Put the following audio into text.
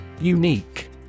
Unique